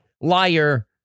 liar